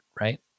right